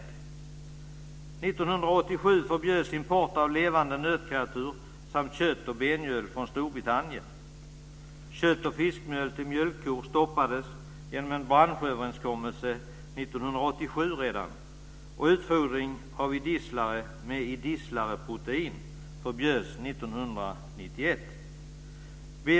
År 1987 förbjöds import av levande nötkreatur samt kött och benmjöl från Storbritannien. Kött och fiskmjöl till mjölkkor stoppades genom en branschöverenskommelse redan 1987. Och utfodring av idisslare med idisslarprotein förbjöds 1991.